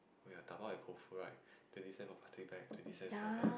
oh ya dabao at Koufu right twenty cents for plastic bag twenty cents for the